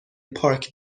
پارک